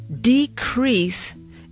decrease